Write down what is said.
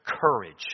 courage